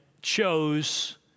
chose